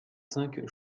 cinq